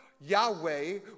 Yahweh